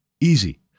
easy